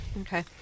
Okay